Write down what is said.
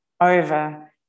over